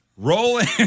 Rolling